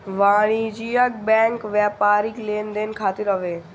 वाणिज्यिक बैंक व्यापारिक लेन देन खातिर हवे